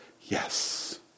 yes